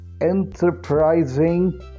enterprising